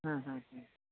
ह्म् ह्म् ह्म्